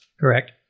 Correct